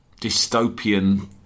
dystopian